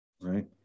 right